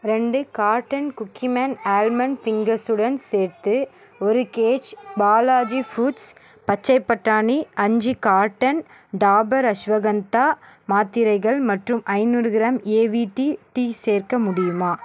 ரெண்டு carton Cookie Man almond ஃபிங்கர்ஸுடன் சேர்த்து ஒரு கேஜ் பாலாஜி ஃபுட்ஸ் பச்சைப் பட்டாணி அஞ்சு கார்ட்டன் டாபர் அஷ்வகந்தா மாத்திரைகள் மற்றும் ஐநூறு கிராம் ஏவிடி டீ சேர்க்க முடியுமா